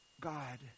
God